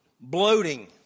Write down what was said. Bloating